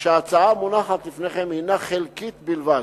שההצעה המונחת לפניכם הינה חלקית בלבד.